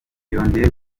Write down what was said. yongeye